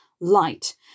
light